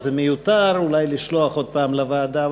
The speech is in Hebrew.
אז זה מיותר אולי לשלוח עוד פעם לוועדה.